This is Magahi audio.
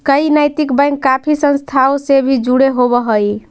कई नैतिक बैंक काफी संस्थाओं से भी जुड़े होवअ हई